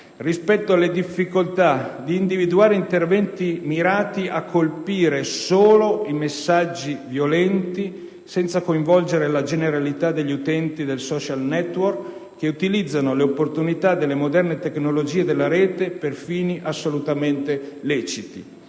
rispetto alle difficoltà di individuare interventi mirati a colpire solo i messaggi violenti, senza coinvolgere la generalità degli utenti dei *social network* che utilizzano l'opportunità delle moderne tecnologie della rete per fini assolutamente leciti.